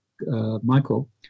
Michael